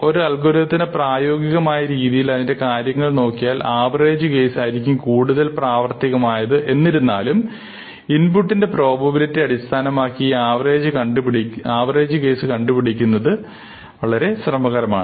ഒരു അൽഗോരിതത്തിനെ പ്രായോഗികമായ രീതിയിൽ അതിൻറെ കാര്യങ്ങൾ നോക്കിയാൽ ആവറേജ് കേസ് ആയിരിക്കും കൂടുതൽ പ്രാവർത്തികമായത് എന്നിരുന്നാലും ഇൻപുട്ടിന്റെ പ്രോബബിലിറ്റിയിൽ അടിസ്ഥാനമാക്കി ഈ ആവറേജ് കേസ് കണ്ടുപിടിക്കുന്നത് വളരെ ശ്രമകരമാണ്